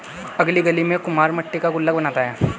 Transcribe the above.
अगली गली में कुम्हार मट्टी का गुल्लक बनाता है